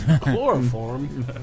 chloroform